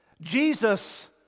Jesus